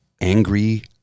angry